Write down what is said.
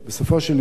בסופו של יום,